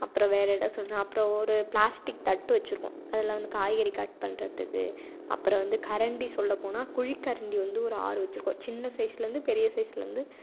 அப்புறம் வேறு இதை சொன்னால் ஒரு பிளாஸ்டிக் தட்டு வச்சிருக்கோம் அதில் வந்து காய்கறி கட் பண்ணுறதுக்கு அப்புறம் வந்து கரண்டி சொல்ல போனால் குழி கரண்டி வந்து ஒரு ஆறு வச்சிருக்கோம் சின்ன சைஸ்ஸிலேருந்து பெரிய சைஸ்ஸிலேருந்து